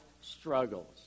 struggles